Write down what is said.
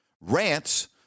Rants